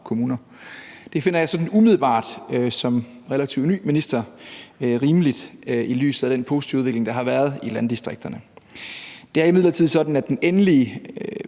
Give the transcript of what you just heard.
Det finder jeg som relativ ny minister sådan umiddelbart rimeligt i lyset af den positive udvikling, der har været i landdistrikterne. Det er imidlertid sådan, at den endelige